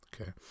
Okay